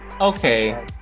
Okay